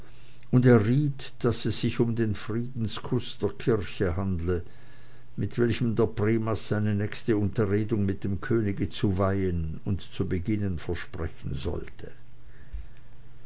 und erriet daß es sich um den friedenskuß der kirche handle mit welchem der primas seine nächste unterredung mit dem könige zu weihen und zu beginnen versprechen sollte